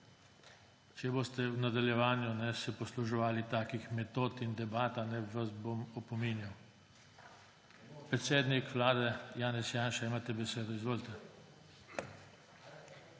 se boste v nadaljevanju posluževali takih metod in debat, vas bom opominjal. Predsednik Vlade Janez Janša, imate besedo. Izvolite.